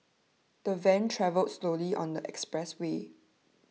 the van travelled slowly on the expressway